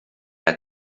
had